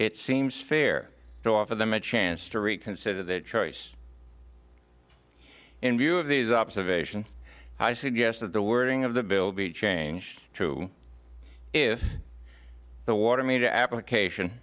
it seems fair to offer them a chance to reconsider that choice in view of these observations i suggest that the wording of the bill be changed to if the water media application